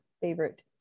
favorite